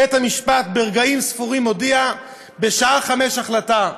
בית-המשפט ברגעים ספורים הודיע: בשעה 17:00 ההחלטה.